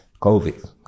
COVID